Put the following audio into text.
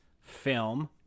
film